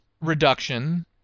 reduction